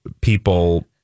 people